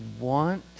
want